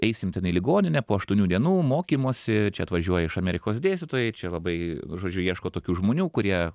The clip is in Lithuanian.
eisim ten į ligoninę po aštuonių dienų mokymosi čia atvažiuoja iš amerikos dėstytojai čia labai žodžiu ieško tokių žmonių kurie